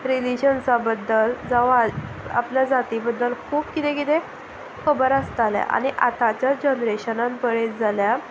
रिलीजन्सा बद्दल जावं आपल्या जाती बद्दल खूब किदें किदें खबर आसतालें आनी आतांच्या जनरेशनान पळयत जाल्यार